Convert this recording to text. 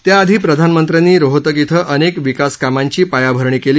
त्याआधी प्रधानमंत्र्यांनी रोहतक िं अनेक विकास कामांची पायाभरणी केली